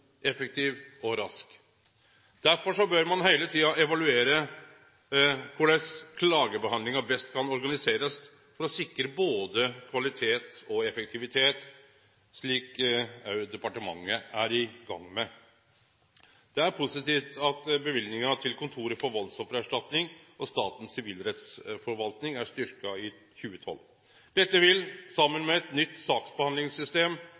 effektiv og rask. Derfor bør ein heile tida evaluere korleis klagebehandlinga best kan organiserast for å sikre både kvalitet og effektivitet, slik også departementet er i gang med. Det er positivt at løyvinga til Kontoret for voldsoffererstatning og Statens sivilrettsforvaltning er styrkt i 2012. Dette vil, saman